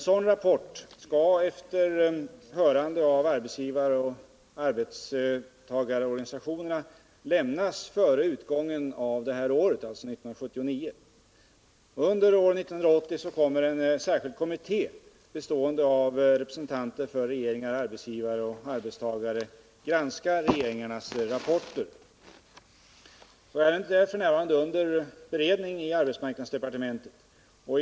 En rapport skall, efter hörande av arbetsgivaroch arbetstagarorganisationerna, lämnas av regeringen före utgången av år 1979. Under år 1980 kommer en särskild kommitté, bestående av representanter för regeringar, arbetsgivare och arbetstagare, att granska de olika regeringarnas rapporter. Detta ärende är under beredning i arbetsmarknadsdepartementet.